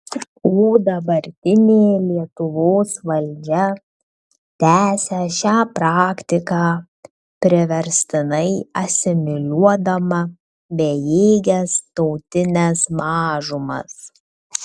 o dabartinė lietuvos valdžia tęsia šią praktiką priverstinai asimiliuodama bejėges tautines mažumas